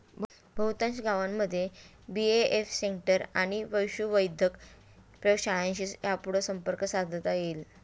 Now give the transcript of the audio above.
बहुतांश गावांमध्ये BAF centre आणि पशुवैद्यक प्रयोगशाळांशी यापुढं संपर्क साधता येईल